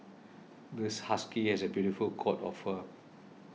this husky has a beautiful coat of fur